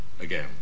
again